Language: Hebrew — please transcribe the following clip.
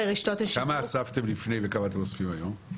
כמה אספתם לפני וכמה אתם אוספים היום?